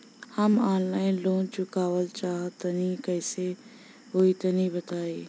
हम online loan चुकावल चाहऽ तनि कइसे होई तनि बताई?